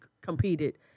competed